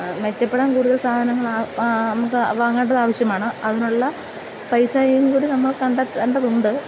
മെച്ചപ്പെടാൻ കൂടുതൽ സാധനങ്ങൾ ആ നമുക്ക് വാങ്ങേണ്ടത് ആവശ്യമാണ് അതിനുള്ള പൈസയും കൂടി നമ്മൾ കണ്ടെത്തേണ്ടതുണ്ട്